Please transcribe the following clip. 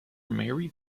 marry